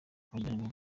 wajyanwe